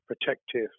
protective